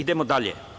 Idemo dalje.